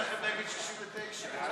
(69)